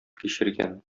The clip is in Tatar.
кичергән